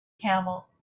camels